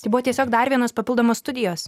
tai buvo tiesiog dar vienos papildomos studijos